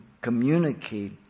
communicate